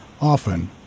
Often